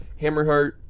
Hammerheart